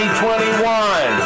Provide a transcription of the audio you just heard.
2021